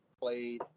played